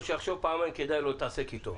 כדאי לו להתעסק איתו.